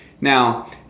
Now